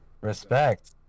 Respect